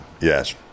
Yes